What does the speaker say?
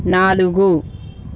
నాలుగు